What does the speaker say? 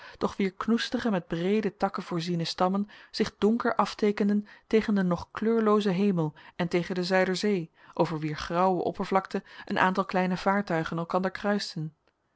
wier knoestige met breede takken voorziene stammen zich donker afteekenden tegen den nog kleurloozen hemel en tegen de zuiderzee over wier grauwe oppervlakte een aantal kleine vaartuigen elkander kruisten